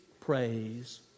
praise